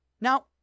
Now